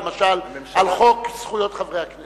למשל על חוק זכויות חברי הכנסת.